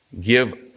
give